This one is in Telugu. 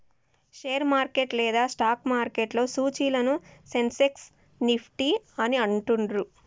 షేర్ మార్కెట్ లేదా స్టాక్ మార్కెట్లో సూచీలను సెన్సెక్స్, నిఫ్టీ అని అంటుండ్రు